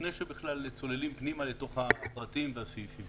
לפני שבכלל צוללים פנימה לתוך הפרטים והסעיפים.